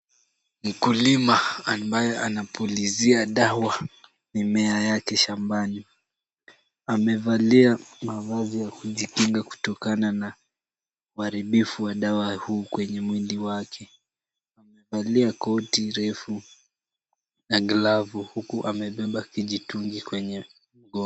Mkulima ambaye anapulizia dawa mimea yake shambani, amevalia mavazi ya kujikinga kutokana na uharibifu wa dawa kwenye mwili wake. Amevalia koti refu na glavu huku amebeba kijitungi kwenye mgongo.